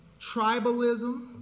tribalism